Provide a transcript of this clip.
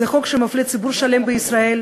זה חוק שמפלה ציבור שלם בישראל,